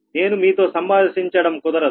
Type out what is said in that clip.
నేను మీతో సంభాషించడం కుదరదు